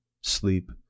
sleep